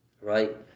Right